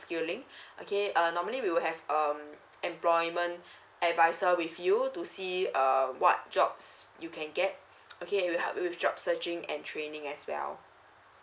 upscaling okay uh normally we will have um employment advisor with you to see uh what jobs you can get okay we'll help you with job searching and training as well